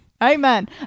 Amen